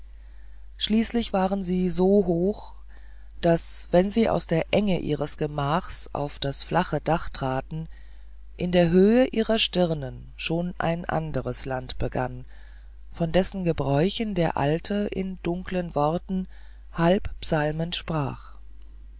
schließlich waren sie so hoch daß wenn sie aus der enge ihres gemachs auf das flache dach traten in der höhe ihrer stirnen schon ein anderes land begann von dessen gebräuchen der alte in dunklen worten halb psalmend sprach